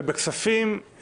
ובכספים,